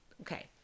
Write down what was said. Okay